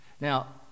Now